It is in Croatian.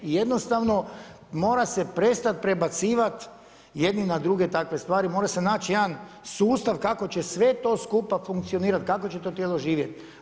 I jednostavno mora se prestati prebacivati jedni na druge takve stvari, mora se naći jedan sustav kako će sve to skupa funkcionirati, kako će to tijelo živjeti.